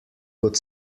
kot